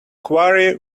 quarry